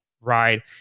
right